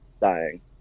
Dying